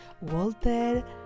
walter